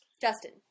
Justin